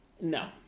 No